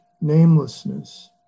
namelessness